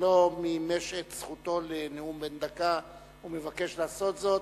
לא מימש את זכותו לנאום בן דקה ומבקש לעשות זאת?